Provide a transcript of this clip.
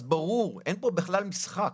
אז ברור, אין פה בכלל משחק.